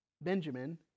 Benjamin